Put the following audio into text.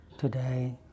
Today